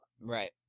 Right